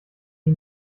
die